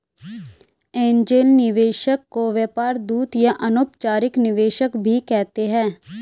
angel निवेशक को व्यापार दूत या अनौपचारिक निवेशक भी कहते हैं